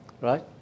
right